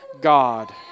God